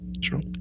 True